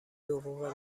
حقوق